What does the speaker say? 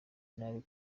nabi